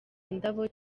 indabo